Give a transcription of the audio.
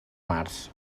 març